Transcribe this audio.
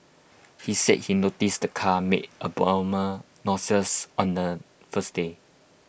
he said he noticed the car made abnormal noises on the first day